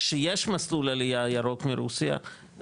כשיש מסלול עלייה ירוק מרוסיה,